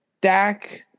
Dak